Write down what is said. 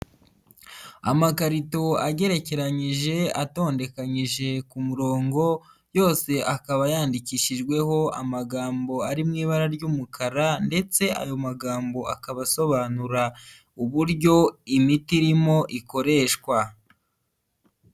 Amakarito agerekeranyije atondekanyije ku murongo, yose akaba yandikishijweho amagambo ari mu ibara ry'umukara ndetse ayo magambo akaba asobanura uburyo imiti irimo ikoreshwa.